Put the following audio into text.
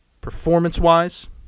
performance-wise